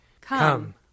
Come